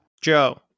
Joe